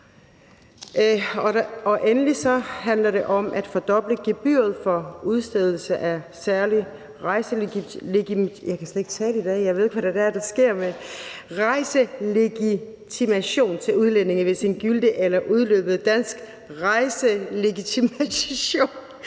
Endelig handler det om at fordoble gebyret for udstedelse af særlig rejselegitimation til udlændinge, hvis en gyldig eller udløbet dansk rejselegitimation